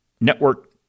network